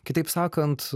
kitaip sakant